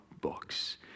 books